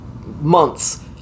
months